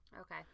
Okay